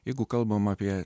jeigu kalbam apie